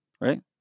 Right